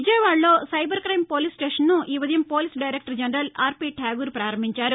విజయవాడలో cyber crime police స్టేషన్ను ఈ ఉదయం police director general RP Thakur ప్రారంభించారు